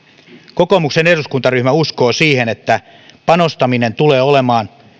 kokoomuksen eduskuntaryhmä uskoo siihen että panostaminen tulee olemaan